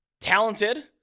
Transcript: talented